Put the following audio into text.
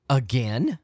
again